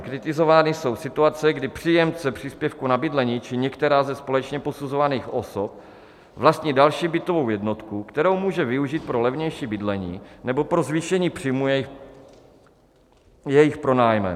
Kritizovány jsou situace, kdy příjemce příspěvku na bydlení či některá ze společně posuzovaných osob vlastní další bytovou jednotku, kterou může využít pro levnější bydlení, nebo pro zvýšení příjmů jejich pronájmem.